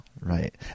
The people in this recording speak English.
Right